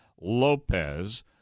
Lopez